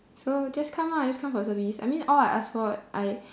so just come lah just come for service I mean all I ask for I